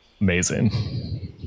Amazing